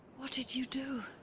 what did you do?